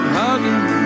hugging